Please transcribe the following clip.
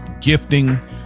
gifting